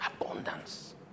Abundance